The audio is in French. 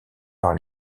par